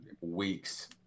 weeks